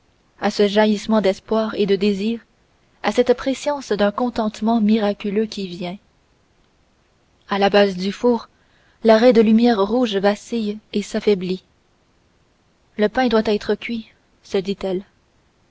à ce jaillissement d'espoir et de désir à cette prescience d'un contentement miraculeux qui vient à la base du four la raie de lumière rouge vacille et s'affaiblit le pain doit être cuit se dit-elle